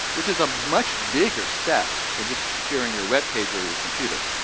which is a much bigger step than just sharing your web page, or your computer.